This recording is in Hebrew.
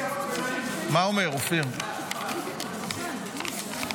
משרד המשפטים ויבוצעו תיקונים לפני אישור סופי של הצעת